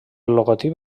logotip